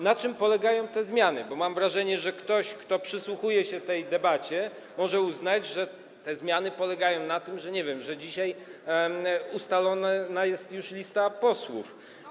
Na czym polegają te zmiany, bo mam wrażenie, że ktoś, kto przysłuchuje się tej debacie, może uznać, że te zmiany polegają na tym, nie wiem, że dzisiaj ustalana jest już lista posłów.